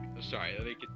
sorry